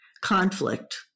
conflict